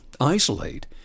isolate